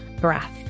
breath